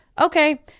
Okay